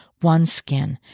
OneSkin